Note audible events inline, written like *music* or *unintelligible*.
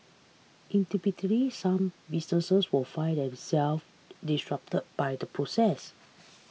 *unintelligible* some businesses will find themselves disrupt by the process